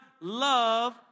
Love